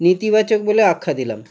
নেতিবাচক বলে আখ্যা দিলাম